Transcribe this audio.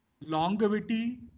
longevity